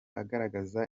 agaragaza